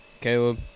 Caleb